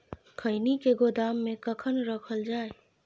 खैनी के गोदाम में कखन रखल जाय?